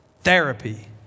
therapy